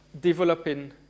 developing